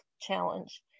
challenge